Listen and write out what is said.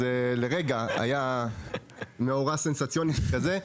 אז לרגע היה מאורע סנסציוני שכזה.